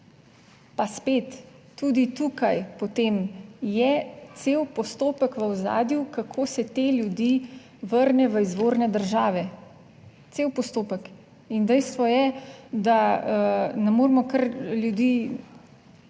pa spet tudi tukaj, potem, je cel postopek v ozadju, kako se te ljudi vrne v izvorne države, cel postopek in dejstvo je, da ne moremo kar ljudi